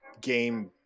game